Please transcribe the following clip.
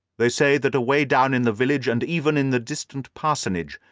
they say that away down in the village, and even in the distant parsonage,